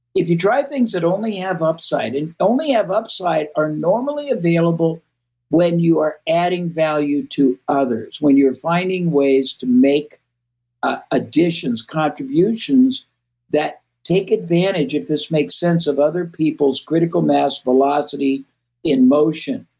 if you try things that only have upside, and only have upside are normally available when you are adding value to others, when you're finding ways to make ah additions, contributions that take advantage, if this makes sense of other people's critical mass velocity in motion.